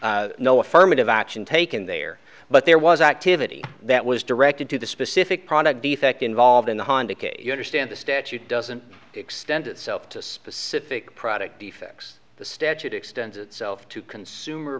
there no affirmative action taken there but there was activity that was directed to the specific product defect involved in the honda case you understand the statute doesn't extend itself to specific product defects the statute extends itself to consumer